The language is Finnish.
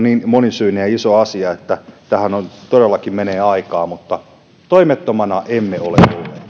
niin monisyinen ja iso asia niin tähän todellakin menee aikaa mutta toimettomana emme ole olleet